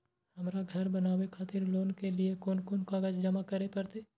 हमरा घर बनावे खातिर लोन के लिए कोन कौन कागज जमा करे परते?